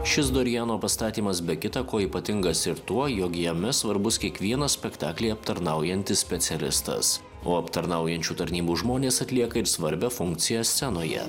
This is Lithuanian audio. šis doriano pastatymas be kita ko ypatingas ir tuo jog jame svarbus kiekvienas spektaklį aptarnaujantis specialistas o aptarnaujančių tarnybų žmonės atlieka ir svarbią funkciją scenoje